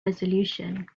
resolution